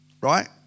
right